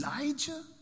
Elijah